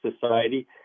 society